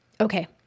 Okay